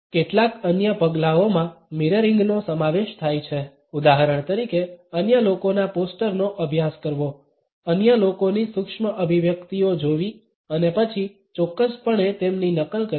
2632 કેટલાક અન્ય પગલાઓમાં મિરરિંગ નો સમાવેશ થાય છે ઉદાહરણ તરીકે અન્ય લોકોના પોસ્ટર નો અભ્યાસ કરવો અન્ય લોકોની સૂક્ષ્મ અભિવ્યક્તિઓ જોવી અને પછી ચોક્કસપણે તેમની નકલ કરવી